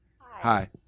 Hi